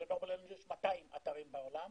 ולנובל אנרג'י יש 200 אתרים בעולם,